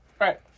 Right